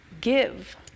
give